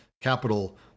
capital